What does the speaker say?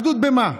אחדות במה?